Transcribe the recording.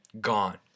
Gone